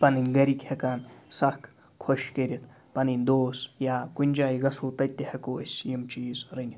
پَنٕنۍ گَھرِکۍ ہیٚکان سَکھ خۄش کٔرِتھ پَنٕنۍ دوٗس یا کُنہِ جایہِ گژھو تَتہِ تہِ ہیٚکو أسۍ یِم چیٖز رٔنِتھ